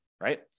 right